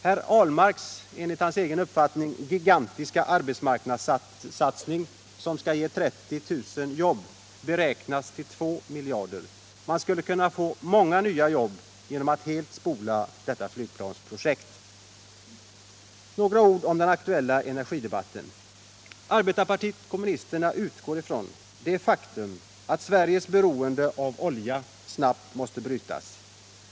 Herr Ahlmarks ”gigantiska” — enligt hans egen uppfattning — arbetsmarknadssatsning, som skall ge 30 000 jobb, beräknas kosta 2 miljarder. Man skulle kunna få många nya jobb genom att helt spola detta flygplansprojekt. Så några ord om den aktuella energidebatten. Arbetarpartiet kommunisterna utgår från det faktum att Sveriges beroende av olja snabbt måste brytas.